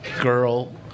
girl